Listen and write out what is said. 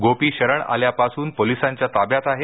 गोपी शरण आल्यापासून पोलिसांच्या ताब्यात आहे